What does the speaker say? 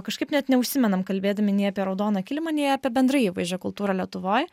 kažkaip net neužsimenam kalbėdami nei apie raudoną kilimą nei apie bendrai įvaizdžio kultūrą lietuvoj